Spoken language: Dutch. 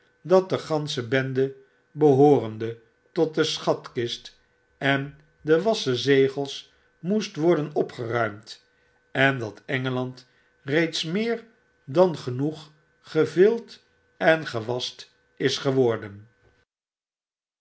dat degansche bende behoorende tot de schatkist en de wassen zegels moest worden opgeruimd en dat engeland reeds meer dan genoeg gevild en gewast is geworden